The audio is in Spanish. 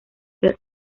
ser